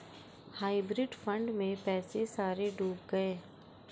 hybrid fund में पैसे सारे डूब गए